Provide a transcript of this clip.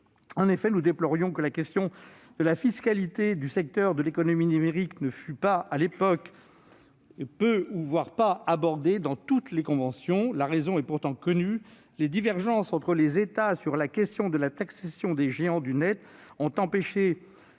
En effet, nous déplorions que la question de la fiscalité du secteur de l'économie numérique ne fût à l'époque que peu abordée dans toutes les conventions. La raison est pourtant connue : les divergences entre les États sur la question de la taxation des géants du Net ont empêché